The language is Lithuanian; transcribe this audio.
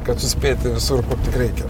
kad suspėti visur kur tik reikia